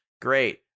Great